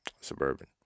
Suburban